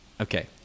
Okay